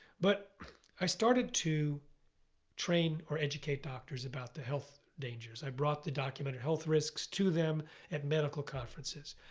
but i started to train or educate doctors about the health dangers. i brought the documented health risks to them at medical conferences.